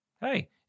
Hey